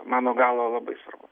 mano galva labai svarbu